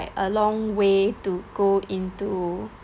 a long way to go into